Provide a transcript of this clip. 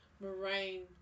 Moraine